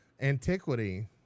antiquity